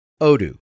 Odoo